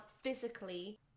physically